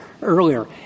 earlier